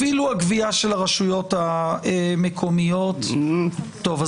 אפילו הגבייה של הרשויות המקומיות טוב,